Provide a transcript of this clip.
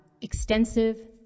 extensive